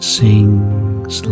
sings